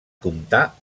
comptar